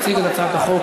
תציג את הצעת החוק